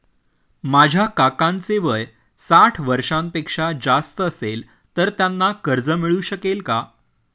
माझ्या काकांचे वय साठ वर्षांपेक्षा जास्त असेल तर त्यांना कर्ज मिळू शकेल का?